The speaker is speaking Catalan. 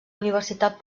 universitat